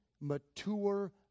mature